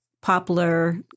poplar